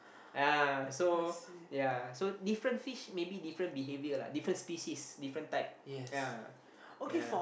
ah so ya so different fish maybe different behavior lah different species different type ah ya ya